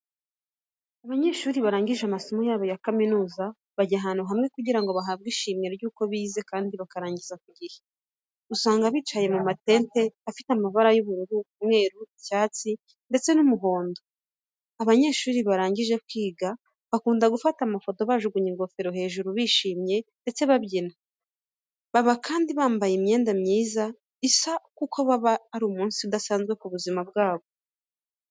Abanyeshuri barangije amasomo yabo ya kaminuza, bajya abantu hamwe kugira ngo bahabwe ishimwe ry'uko bize kandi bakarangiza ku gihe. Usanga bicaye mu matente afite amabara y'ubururu, umweru, icyatsi, ndetse n'umuhondo. Abanyeshuri barangije kwiga bakunda gufata amafoto bajugunye ingofero hejuru, bishimye, ndetse babyina. Baba kandi bambaye imyenda myiza isa kuko aba ari umunsi udasanzwe mu buzima bwabo.